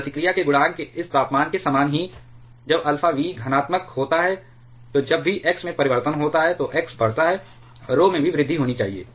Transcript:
प्रतिक्रिया के गुणांक के इस तापमान के समान ही जब अल्फ़ा v धनात्मक होता है तो जब भी x में परिवर्तन होता है तो x बढ़ता है rho में भी वृद्धि होनी चाहिए